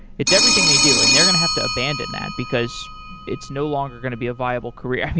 it's everything they do and they're going to have to abandon that, because it's no longer going to be a viable career.